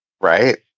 right